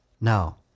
Now